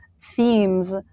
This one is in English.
themes